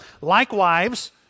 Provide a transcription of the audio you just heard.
Likewise